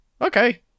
okay